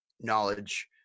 knowledge